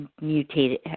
mutated